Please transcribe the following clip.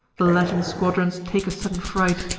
the latin squadrons take a sudden fright,